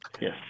Yes